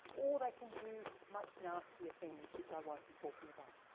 or they can do much nastier things which i won't be talking about.